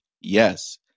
Yes